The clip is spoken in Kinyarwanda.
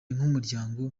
nk’umuryango